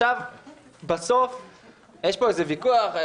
בסוף יש פה איזה ויכוח.